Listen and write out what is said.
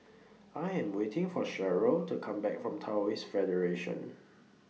I Am waiting For Cheryll to Come Back from Taoist Federation